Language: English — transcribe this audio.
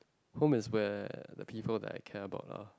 home is where people that I care about lah